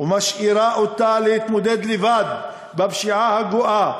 ומשאירה אותה להתמודד לבד עם הפשיעה הגואה,